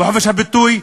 וחופש הביטוי,